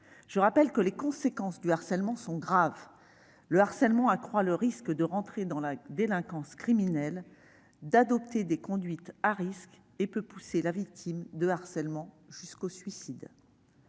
Je rappelle que les conséquences du harcèlement sont graves. Celui-ci accroît le risque d'entrer dans la délinquance criminelle, d'adopter des conduites à risques et peut pousser la victime au suicide.